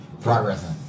Progressing